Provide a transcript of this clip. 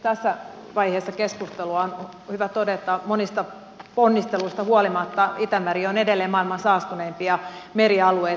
tässä vaiheessa keskustelua on hyvä todeta että monista ponnisteluista huolimatta itämeri on edelleen maailman saastuneimpia merialueita